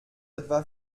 etwa